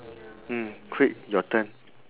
mm quick your turn